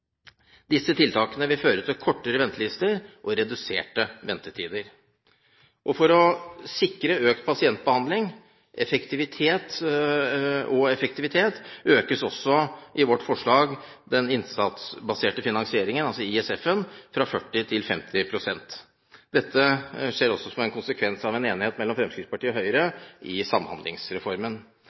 Disse tiltakene vil føre til kortere ventelister og reduserte ventetider. For å sikre økt pasientbehandling og effektivitet økes også i vårt forslag den innsatsbaserte finansieringen, ISF, fra 40 pst. til 50 pst. Dette skjer som en konsekvens av en enighet mellom Fremskrittspartiet og Høyre i forbindelse med Samhandlingsreformen.